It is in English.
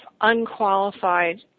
unqualified